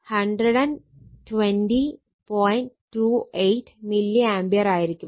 28 milliampere ആയിരിക്കും